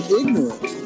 ignorant